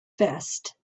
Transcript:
vest